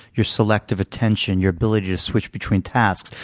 your selective attention, your ability to switch between tasks.